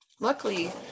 luckily